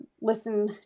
listen